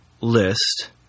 List